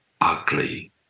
ugly